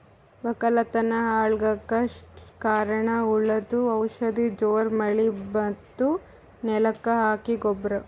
ವಕ್ಕಲತನ್ ಹಾಳಗಕ್ ಕಾರಣ್ ಹುಳದು ಔಷಧ ಜೋರ್ ಮಳಿ ಮತ್ತ್ ನೆಲಕ್ ಹಾಕೊ ಗೊಬ್ರ